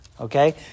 okay